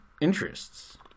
interests